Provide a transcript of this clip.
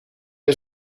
het